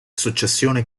successione